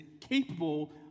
capable